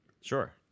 sure